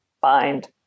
find